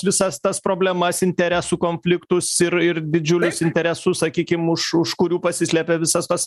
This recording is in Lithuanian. visas tas problemas interesų konfliktus ir ir didžiulius interesų sakykim už už kurių pasislepia visas tas